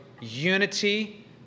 unity